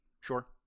Sure